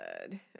good